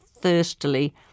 thirstily